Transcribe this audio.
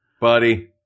Buddy